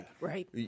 Right